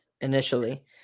initially